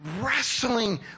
wrestling